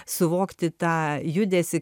suvokti tą judesį